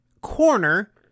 Corner